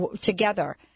together